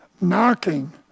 knocking